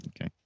Okay